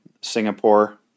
Singapore